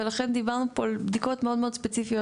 ולכן, דיברנו פה על בדיקות מאוד מאוד ספציפיות.